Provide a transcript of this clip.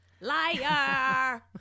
Liar